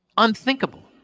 unthinkable.